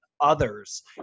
others